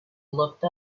looked